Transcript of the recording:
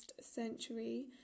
century